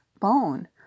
bone